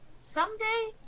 Someday